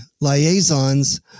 liaisons